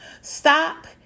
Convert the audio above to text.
Stop